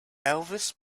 elvis